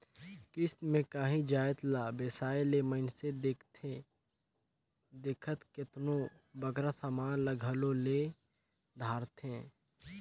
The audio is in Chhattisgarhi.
किस्त में कांही जाएत ला बेसाए ले मइनसे देखथे देखत केतनों बगरा समान ल घलो ले धारथे